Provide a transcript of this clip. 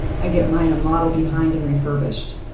i get mine a model behind and refurbished.